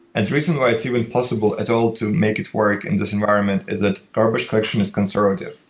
and the reason why it's even possible at all to make it work and this environment is that garbage collection is conservative.